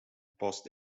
past